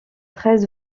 treize